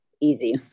Easy